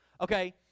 okay